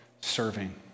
serving